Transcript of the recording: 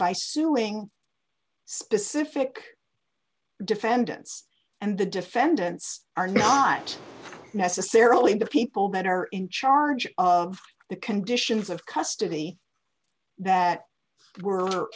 by suing specific defendants and the defendants are not necessarily the people that are in charge of the conditions of custody that were